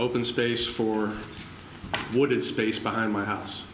open space for wood in space behind my house